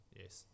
yes